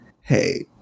hey